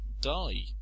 die